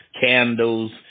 candles